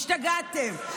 השתגעתם.